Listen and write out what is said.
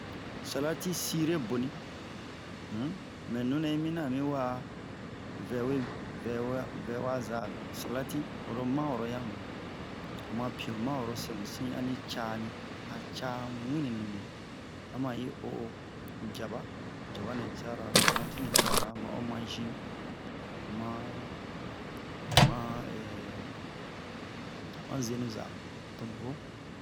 salati cire boni um mɛ nunɛ yi mina a mi wa'a vɛwe vɛwa za salati oro man'oro yamu o ma pin o man'oro semusi ani camu wini wini ama ni o djaba djabanɛ cara tomati nɛ cara ma o majini ma ɛ ma zenu za tomu vo